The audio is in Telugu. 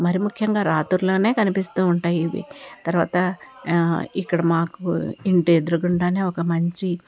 మరి ముఖ్యంగా రాత్రుల్లోనే కనిపిస్తూ ఉంటాయి ఇవి తర్వాత ఇక్కడ మాకు ఇంటి ఎదురుగుండానే ఒక మంచి